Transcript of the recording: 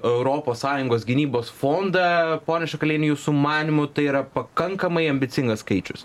europos sąjungos gynybos fondą ponia šakaliene jūsų manymu tai yra pakankamai ambicingas skaičius